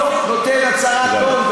לא נותן הצהרת הון.